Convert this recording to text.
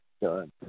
done